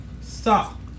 stop